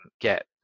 get